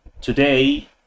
today